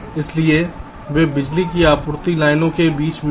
इसलिए वे बिजली की आपूर्ति लाइनों के बीच में हैं